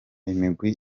imigwi